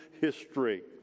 history